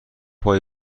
هایی